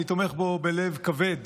אני תומך בו בלב כבד.